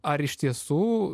ar iš tiesų